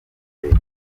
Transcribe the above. leta